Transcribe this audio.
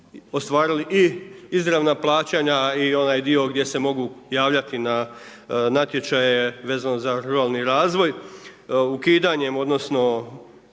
ostvarili i izravna plaćanja i onaj dio gdje se mogu javljati na natječaje vezano za ruralni razvoj, ukidanjem odnosno,